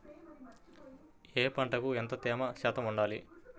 ఏ పంటకు ఎంత తేమ శాతం ఉండాలి?